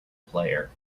player